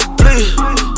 please